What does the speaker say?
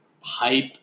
hype